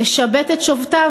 משבט את שופטיו,